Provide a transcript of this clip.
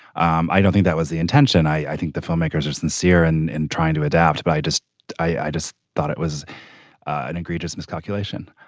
um i don't think that was the intention. i think the filmmakers are sincere and in trying to adapt. but i just i just thought it was an egregious miscalculation.